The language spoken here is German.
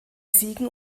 siegen